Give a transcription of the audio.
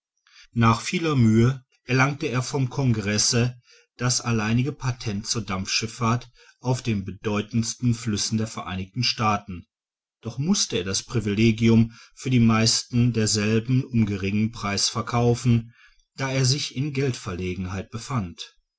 nach vieler mühe erlangte er vom kongresse das alleinige patent zur dampfschifffahrt auf den bedeutendsten flüssen der vereinigten staaten doch mußte er das privilegium für die meisten derselben um geringen preis verkaufen da er sich in geldverlegenheit befand